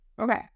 Okay